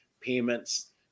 payments